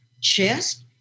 chest